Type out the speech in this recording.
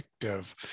addictive